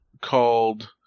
called